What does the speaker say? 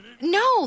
No